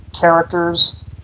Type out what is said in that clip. characters